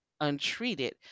untreated